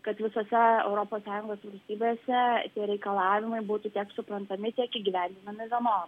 kad visose europos sąjungos valstybėse tie reikalavimai būtų tiek suprantami tiek įgyvendinami vieno